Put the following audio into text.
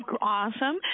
Awesome